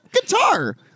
guitar